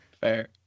Fair